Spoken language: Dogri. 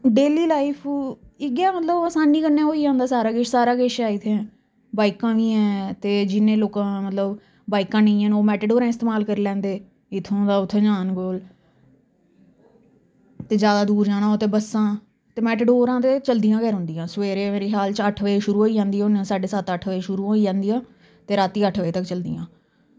डेली लाईफ इयै मतलब असानी कन्नै होई जंदा सारा किश सारा किश ऐ इत्थें बाइकां बी हैन ते जिन्ने लोकें दा मतलब बाइकां निं हैन ओह् मेटाडोरें दा इस्तेमाल करी लैंदे इत्थुआं दा उत्थें जाना पौग ते जादा दूर जाना हो ते बस्सां ते मेटाडोरां ते चलदियां गै रौहंदियां सवेरे मेरे ख्याल च अट्ठ बजे शुरू होई जंदियां साड्डे सत्त अट्ठ बजे शुरू होई जंदियां ते रातीं अट्ठ बजे तक चलदियां